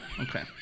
Okay